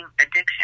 addiction